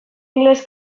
ingeles